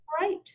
right